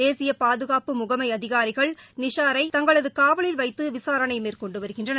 தேசியபாதுகாப்பு முகமைஅதிகாரிகள் நிஷாரை தங்களதுகாவலில் வைத்துவிசாரணைமேற்கொண்டுவருகின்றனர்